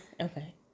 Okay